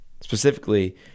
Specifically